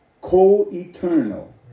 co-eternal